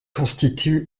constitue